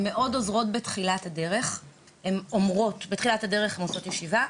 בתחילת הדרך הן עושות ישיבה,